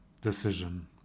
decision